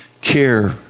care